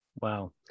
Wow